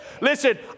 Listen